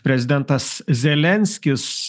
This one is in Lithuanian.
prezidentas zelenskis